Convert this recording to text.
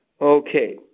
Okay